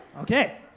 Okay